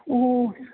ਉਹ